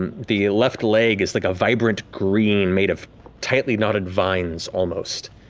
and the left leg is like a vibrant green, made of tightly knotted vines, almost,